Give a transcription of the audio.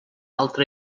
altra